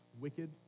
wicked